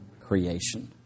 creation